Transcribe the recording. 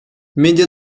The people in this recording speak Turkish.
medya